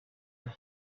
mbi